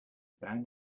band